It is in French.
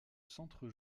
centre